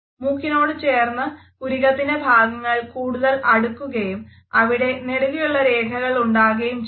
മൂക്കിനോട് ചേർന്ന പുരികത്തിന്റെ ഭാഗങ്ങൾ കൂടുതൽ അടുക്കുകയും അവിടെ നെടുകെയുള്ള രേഖകൾ ഉണ്ടാവുകയും ചെയ്യുന്നു